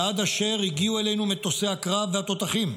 ועד אשר הגיעו אלינו מטוסי הקרב והתותחים.